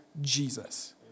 Jesus